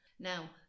Now